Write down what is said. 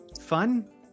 fun